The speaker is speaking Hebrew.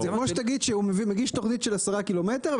זה כמו שתגיד שהוא מגיש תוכנית של עשרה ק"מ,